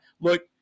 Look